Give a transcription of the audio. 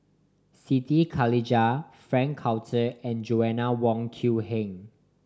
Siti Khalijah Frank Cloutier and Joanna Wong Quee Heng